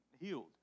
healed